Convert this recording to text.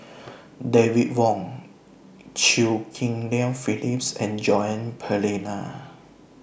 David Wong Chew Ghim Lian Phyllis and Joan Pereira